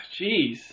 Jeez